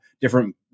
Different